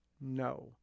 No